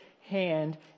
hand